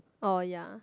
orh ya